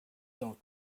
don‘t